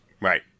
right